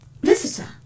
Visitor